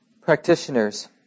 Practitioners